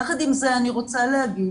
יחד עם זה אני רוצה להגיד,